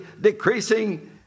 decreasing